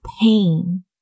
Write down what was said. pain